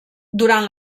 durant